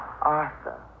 Arthur